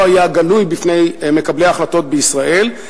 לא היה גלוי בפני מקבלי ההחלטות בישראל,